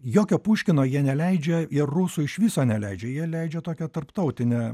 jokio puškino jie neleidžia ir rusų iš viso neleidžia jie leidžia tokią tarptautinę